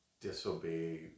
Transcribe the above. disobey